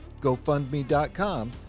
gofundme.com